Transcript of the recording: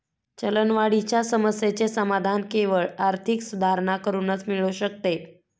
चलनवाढीच्या समस्येचे समाधान केवळ आर्थिक सुधारणा करूनच मिळू शकते